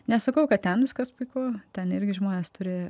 nesakau kad ten viskas puiku ten irgi žmonės turi